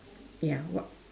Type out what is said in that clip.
ya what